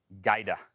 Gaida